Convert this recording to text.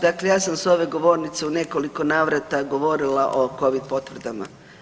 Dakle ja sam s ove govornice u nekoliko navrata govorila o Covid potvrdama.